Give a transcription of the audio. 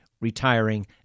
retiring